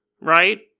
right